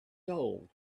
gold